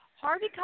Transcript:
Harvey